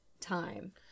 time